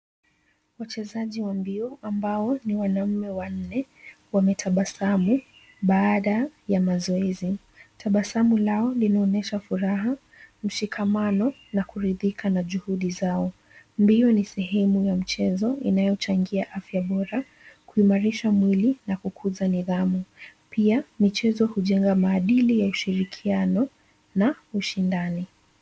Wachezaji wa mbio ambao ni wanaume wanne, wametabasamu, baada ya mazoezi. Tabasamu lao linaonyesha furaha, mshikamano, na kuridhika na juhudi zao. Mbio ni sehemu ya mchezo inayochangia afya bora, kuimarisha mwili na kukuza nidhamu. Pia, michezo hujenga maadili ya ushirikiano na ushindani.